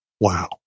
wow